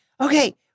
okay